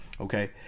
Okay